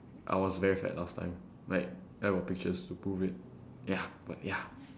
I was very fat last time like I got pictures to prove it ya but ya